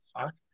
fuck